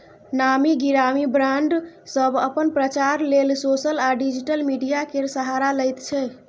नामी गिरामी ब्राँड सब अपन प्रचार लेल सोशल आ डिजिटल मीडिया केर सहारा लैत छै